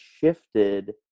shifted